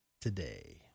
today